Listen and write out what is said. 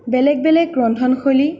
বেলেগ বেলেগ ৰন্ধন শৈলী